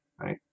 right